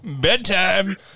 Bedtime